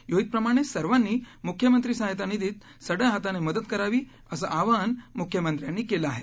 योहितप्रमाणंच सर्वांनी मुख्यमंत्री सहाय्यता निधीत सढळ हाताने मदत करावी असं आवाहन मुख्यमंत्र्यांनी केलं आहे